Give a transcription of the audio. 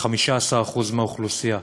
כ-15% מהאוכלוסייה